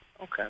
Okay